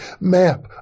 map